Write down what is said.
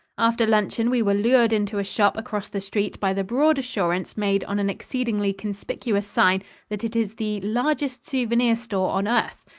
after luncheon we were lured into a shop across the street by the broad assurance made on an exceedingly conspicuous sign that it is the largest souvenir store on earth.